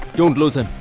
don't lose him.